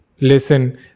listen